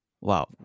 wow